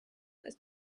ist